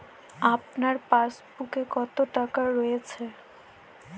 আপনার পাসবুকে কত টাকা রয়েছে?